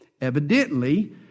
Evidently